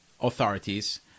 authorities